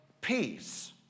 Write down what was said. peace